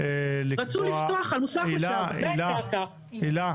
רצו לפתוח (הפרעות בשידור הזום) הילה.